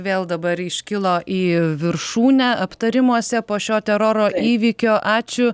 vėl dabar iškilo į viršūnę aptarimuose po šio teroro įvykio ačiū